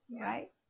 right